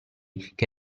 che